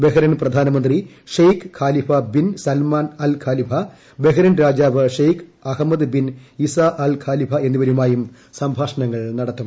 Bahrain പ്രധാനമന്ത്രി Sheikh Khalifa bin Salman Al Khalifa Bahrain രാജാവ് Sheikh Ahmed bin Isa Al Khalifa എന്നിവരുമായും സംഭാഷണങ്ങൾ നടത്തും